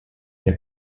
der